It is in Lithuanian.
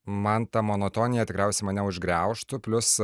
man ta monotonija tikriausiai mane užgriaužtų plius